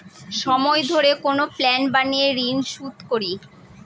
সময় ধরে কোনো প্ল্যান বানিয়ে ঋন শুধ করি